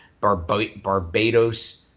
Barbados